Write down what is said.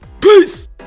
Peace